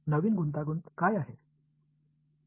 तर नवीन गुंतागुंत काय आहे